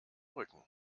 rücken